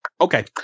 Okay